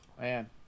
man